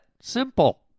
Simple